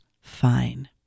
fine